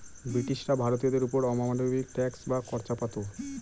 ব্রিটিশরা ভারতীয়দের ওপর অমানবিক ট্যাক্স বা কর চাপাতো